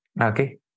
Okay